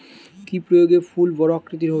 কি প্রয়োগে ফুল বড় আকৃতি হবে?